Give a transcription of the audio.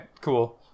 cool